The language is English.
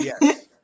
yes